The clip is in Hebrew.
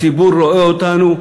הציבור רואה אותנו,